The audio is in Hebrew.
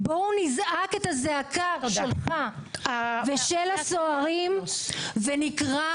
בואו נזעק את הזעקה שלך ושל הסוהרים ונקרא